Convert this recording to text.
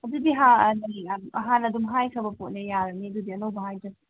ꯑꯗꯨꯗꯤ ꯍꯥꯟꯅꯒꯤ ꯍꯥꯟꯅ ꯑꯗꯨꯝ ꯍꯥꯏꯈ꯭ꯔꯕ ꯄꯣꯠꯅꯦ ꯌꯥꯔꯅꯤ ꯑꯗꯨꯗꯤ ꯑꯅꯧꯕ ꯍꯥꯏꯗ꯭ꯔꯁꯨ